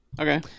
okay